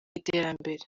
iterambere